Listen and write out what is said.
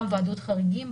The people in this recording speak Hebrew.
גם ועדות חריגים,